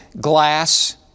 glass